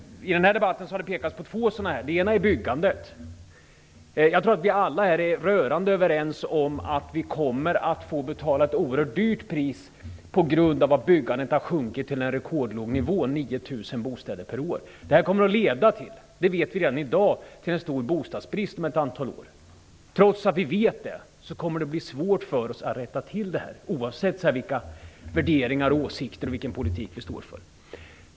I den här debatten har det pekats på två misstag, och det ena är byggandet. Jag tror att vi alla är rörande överens om att vi kommer att få betala ett oerhört högt pris på grund av att byggandet har sjunkit till en rekordlåg nivå, 9 000 bostäder per år. Vi vet redan i dag att detta kommer att leda till en stor bostadsbrist om ett antal år. Trots att vi vet det kommer det bli svårt att rätta till detta, oavsett vilka värderingar, åsikter och vilken politik vi står för.